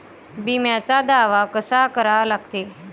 बिम्याचा दावा कसा करा लागते?